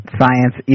science